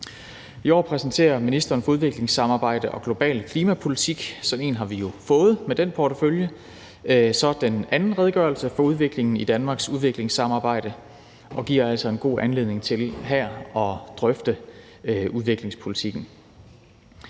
I år præsenterer ministeren for udviklingssamarbejde og global klimapolitik – sådan en med den portefølje har vi jo fået – så den anden redegørelse for udviklingen i Danmarks udviklingssamarbejde, og det giver altså en god anledning til her at drøfte udviklingspolitikken.